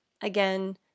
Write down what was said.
again